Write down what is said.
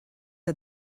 are